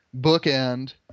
bookend